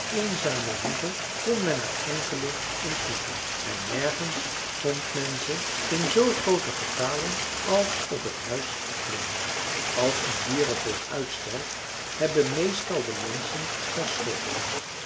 eenzame hoeve kon men er enkele ontmoeten en nergens vond men ze in zoo grooten getale als op t huis glimmingen als een dierenvolk uitsterft hebben meestal de menschen daar schuld aan